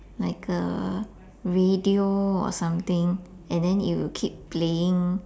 like a radio or something and then it will keep playing